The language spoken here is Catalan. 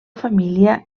família